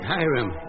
Hiram